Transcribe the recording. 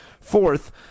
Fourth